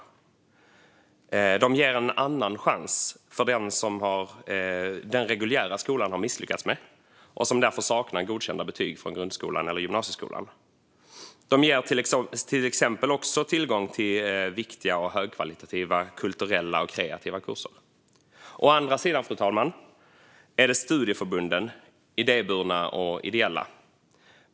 Folkhögskolorna ger en andra chans för dem som den reguljära skolan har misslyckats med och som därför saknar godkända betyg från grundskolan eller gymnasieskolan. De ger också tillgång till viktiga och högkvalitativa kulturella och kreativa kurser. Den andra grenen, fru talman, är de idéburna och de ideella studieförbunden.